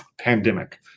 Pandemic